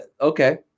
okay